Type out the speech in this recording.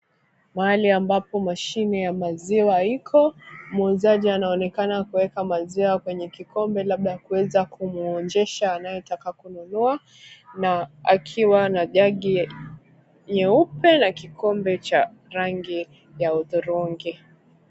Mahali ambapo mashine ya maziwa iko muuzaji anaonekana kuweka maziwa kwenye kikombe labda kuweza kumwonjesha anayetaka kununua na akiwa na jagi nyeupe na kikombe cha rangi ya hudhurungi.